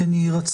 כן יהי רצון.